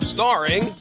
Starring